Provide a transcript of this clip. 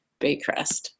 Baycrest